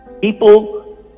people